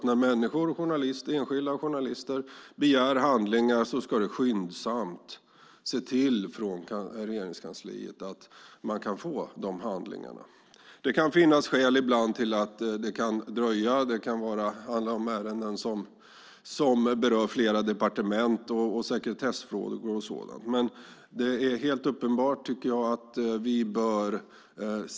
När enskilda och journalister begär handlingar ska Regeringskansliet skyndsamt se till att de får handlingarna. Det kan ibland finnas skäl till att det dröjer. Det kan vara ärenden som berör flera departement, och det kan vara sekretessfrågor.